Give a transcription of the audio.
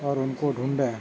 اور ان کو ڈھونڈیں